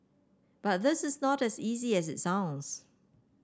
but this is not as easy as it sounds